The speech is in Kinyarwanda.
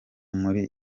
muri